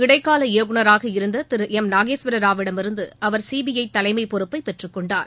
இடைக்கால இயக்குநராக இருந்த திரு எம் நாகேஸ்வரராவிடமிருந்து அவர் சிபிஐ தலைமை பொறுப்பை பெற்றுக் கொண்டார்